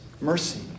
mercy